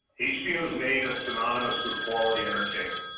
hbo's name is synonymous with quality entertainment.